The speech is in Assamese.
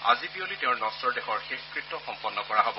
আজি বিয়লি তেওঁৰ নশ্বৰ দেহৰ শেষকৃত্য সম্পন্ন কৰা হ'ব